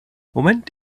moment